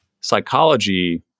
psychology